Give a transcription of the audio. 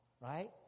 right